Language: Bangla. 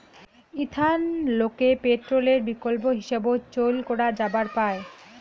ইথানলকে পেট্রলের বিকল্প হিসাবত চইল করা যাবার পায়